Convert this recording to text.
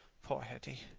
poor hetty!